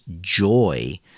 joy